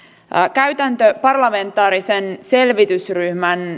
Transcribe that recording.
käytäntö parlamentaarisen selvitysryhmän